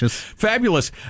Fabulous